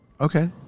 Okay